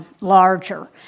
larger